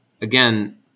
again